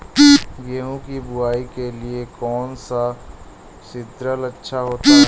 गेहूँ की बुवाई के लिए कौन सा सीद्रिल अच्छा होता है?